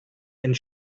and